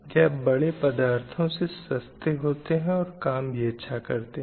यह बड़े पदार्थों से सस्ते होते हैं और काम भी अच्छा करते है